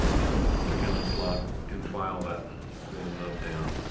and stick in the slot and file that little nub down.